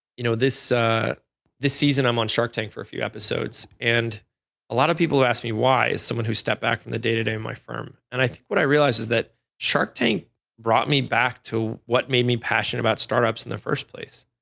you know this ah this season, i'm on shark tank for few episodes and a lot of people ask me why someone who step back from the day to day of my firm and i think what i realize is that shark tank brought me back to what made me passionate about startups in the first place.